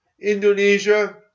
Indonesia